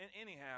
Anyhow